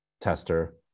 tester